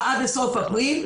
אפריל,